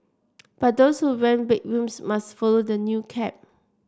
but those who rent bedrooms must follow the new cap